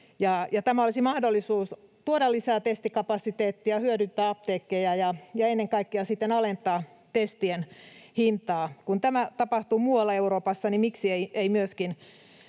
tämä olisi mahdollisuus tuoda lisää testikapasiteettia, hyödyntää apteekkeja ja ennen kaikkea sitten alentaa testien hintaa. Kun tämä tapahtuu muualla Euroopassa, niin miksi ei myöskin